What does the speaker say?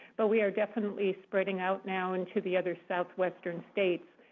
but we are definitely spreading out now into the other southwestern states.